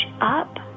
up